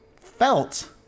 felt